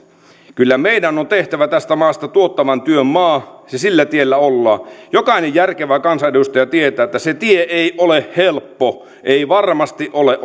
kyllä meidän on tehtävä tästä maasta tuottavan työn maa ja sillä tiellä ollaan jokainen järkevä kansanedustaja tietää että se tie ei ole helppo ei varmasti ole